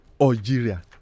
Algeria